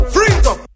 Freedom